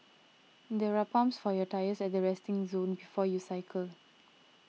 there are pumps for your tyres at the resting zone before you cycle